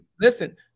Listen